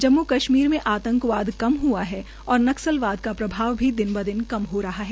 जम्मू कश्मीर में आंतकवाद कम हुआ है और नकसलवाद का प्रभाव भी दिन व दिन कम हो रहा है